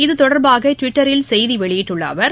இத்தொடர்பாக டுவிட்டரில் செய்தி வெளியிட்டுள்ள அவர்